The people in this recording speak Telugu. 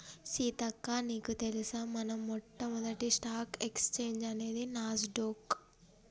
సీతక్క నీకు తెలుసా మన మొట్టమొదటి స్టాక్ ఎక్స్చేంజ్ అనేది నాస్ డొక్